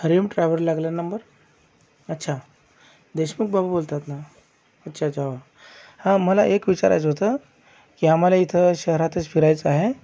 हरिओम travel लागला आहे number अच्छा देशमुख बाबू बोलतात ना अच्छा अच्छा हां हां मला एक विचारायचं होतं की आम्हाला इथं शहरातच फिरायचं आहे